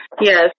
Yes